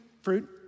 Fruit